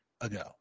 ago